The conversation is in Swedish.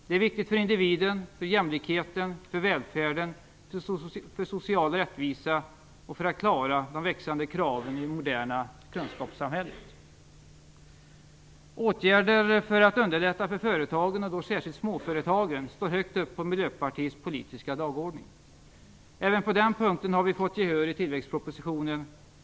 Det är viktigt för individen, för jämlikheten, för välfärden, för social rättvisa och för att klara de växande kraven i det moderna kunskapssamhället. Åtgärder för att underlätta för företagen, och då särskilt småföretagen, står högt upp på Miljöpartiets politiska dagordning. Även på den punkten har vi fått gehör i tillväxtpropositionen.